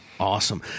awesome